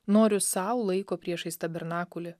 noriu sau laiko priešais tabernakulį